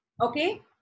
Okay